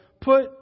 put